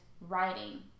writing